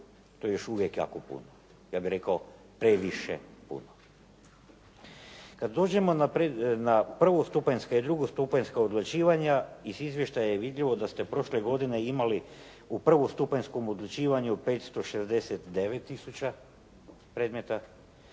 To je još uvijek jako puno. Ja bih rekao previše puno. Kad dođemo na prvostupanjska i drugostupanjska odlučivanja iz izvještaja je vidljivo da ste prošle godine imali u prvostupanjskom odlučivanju 569 tisuća predmeta,